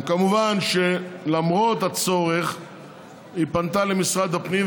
כמובן שלמרות הצורך היא פנתה למשרד הפנים,